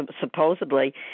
supposedly